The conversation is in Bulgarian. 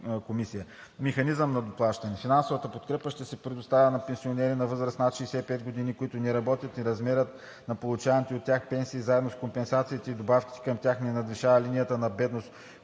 Механизъм на доплащане: - Финансовата подкрепа ще се предоставя на пенсионери на възраст над 65 години, които не работят, и размерът на получаваните от тях пенсии заедно с компенсациите и добавките към тях не надвишава линията на бедност,